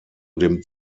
dem